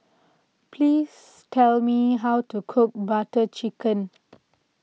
please tell me how to cook Butter Chicken